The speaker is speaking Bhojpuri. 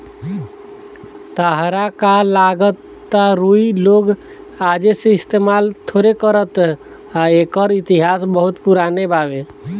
ताहरा का लागता रुई लोग आजे से इस्तमाल थोड़े करता एकर इतिहास बहुते पुरान बावे